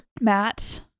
Matt